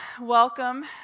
welcome